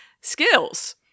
skills